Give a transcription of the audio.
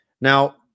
Now